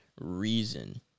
reason